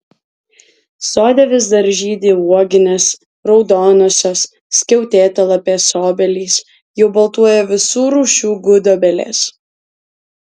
sode vis dar žydi uoginės raudonosios skiautėtalapės obelys jau baltuoja visų rūšių gudobelės